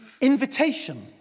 invitation